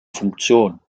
funktion